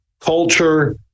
culture